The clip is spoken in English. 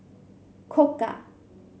Koka